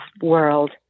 world